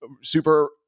super